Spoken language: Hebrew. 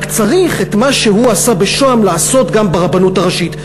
רק צריך את מה שהוא עשה בשוהם לעשות גם ברבנות הראשית.